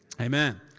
amen